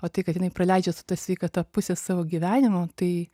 o tai kad jinai praleidžia su ta sveikata pusę savo gyvenimo tai